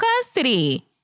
custody